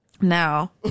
Now